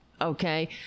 okay